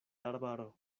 arbaro